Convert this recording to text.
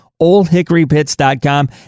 oldhickorypits.com